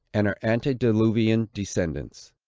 and her antediluvian descendants.